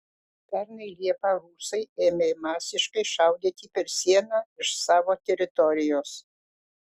pernai liepą rusai ėmė masiškai šaudyti per sieną iš savo teritorijos